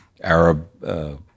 Arab